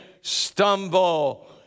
stumble